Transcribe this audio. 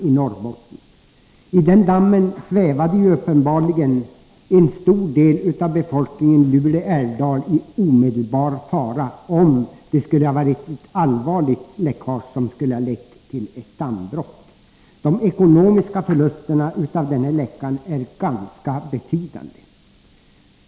En stor del av befolkningen i Lule älvdal skulle uppenbarligen ha svävat i omedelbar fara, om det hade varit ett allvarligt läckage, som hade lett till ett dammbrott. De ekonomiska förlusterna av denna läcka är ganska betydande.